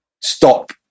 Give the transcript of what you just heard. stop